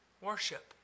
Worship